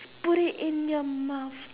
put it in your mouth